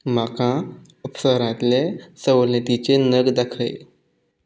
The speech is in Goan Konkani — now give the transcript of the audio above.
म्हाका अप्सरांतले सवलतीचे नग दाखय